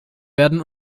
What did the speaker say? werden